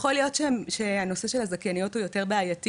יכול להיות שהנושא של הזכייניות הוא יותר בעייתי,